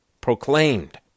proclaimed